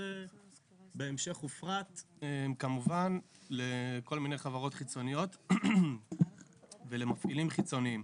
שזה בהמשך הופרט כמובן לכל מיני חברות חיצוניות ולמפעילים חיצוניים.